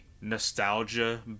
nostalgia